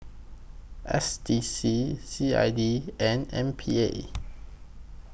S D C C I D and M P A